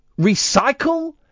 recycle